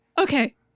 Okay